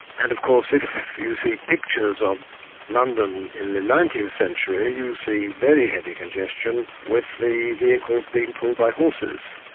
and of course if you see pictures of london in the nineteenth century, you see very heavy congestion with the vehicles being pulled by horses.